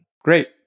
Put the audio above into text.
Great